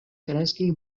kreski